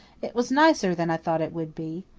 it was nicer than i thought it would be.